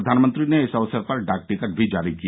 प्रधानमंत्री ने इस अवसर पर डाक टिकट भी जारी किया